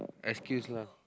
excuse lah